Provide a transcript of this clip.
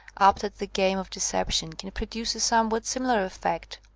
apt at the game of deception, can produce a somewhat simi lar effect,